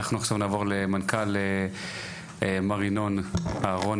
אנחנו עכשיו נעבור למנכ"ל, מר ינון אהרוני